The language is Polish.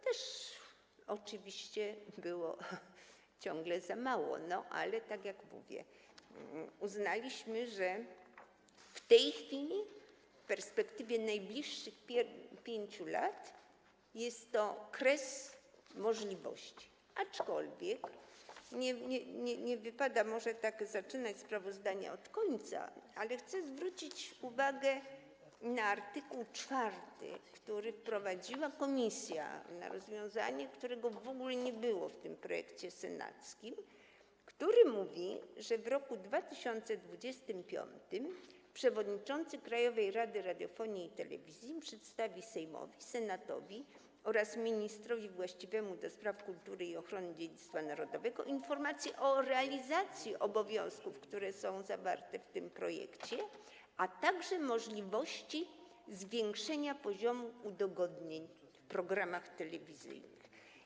To oczywiście było ciągle za mało, ale tak jak mówię, uznaliśmy, że w tej chwili w perspektywie najbliższych 5 lat jest to kres możliwości, aczkolwiek - może nie wypada zaczynać sprawozdania od końca - chcę zwrócić uwagę na art. 4, który wprowadziła komisja, to jest rozwiązanie, którego w ogóle nie było w projekcie senackim, który stanowi, że w roku 2025 przewodniczący Krajowej Rady Radiofonii i Telewizji przedstawi Sejmowi, Senatowi oraz ministrowi właściwemu do spraw kultury i ochrony dziedzictwa narodowego informację o realizacji obowiązków, które są określone w tym projekcie, a także możliwości zwiększenia poziomu udogodnień w programach telewizyjnych.